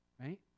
right